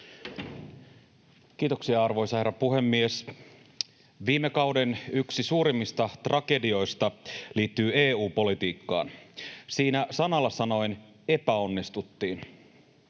Kiitoksia, arvoisa herra puhemies! Viime kauden yksi suurimmista tragedioista liittyy EU-politiikkaan. Siinä sanalla sanoen epäonnistuttiin.